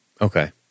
Okay